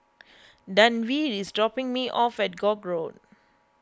Denver is dropping me off at Koek Road